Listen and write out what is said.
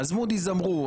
אז מודי'ס אמרו.